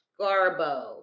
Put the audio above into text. garbo